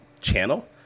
channel